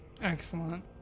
Excellent